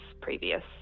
previous